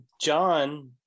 john